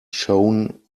shone